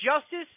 justice